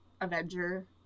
Avenger